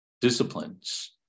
disciplines